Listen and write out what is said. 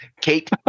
Kate